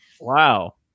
Wow